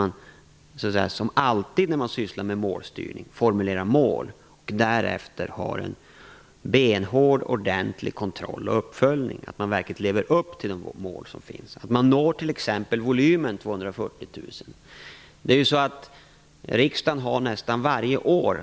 Som alltid när man sysslar med målstyrning har regeringen i detta brev formulerat mål, och därefter blir det en benhård ordentlig kontroll och uppföljning, av att myndigheten verkligen lever upp till de mål som finns, t.ex. att den når en volym på 240 000. Riksdagen har fastställt ett volymmål nästan varje år.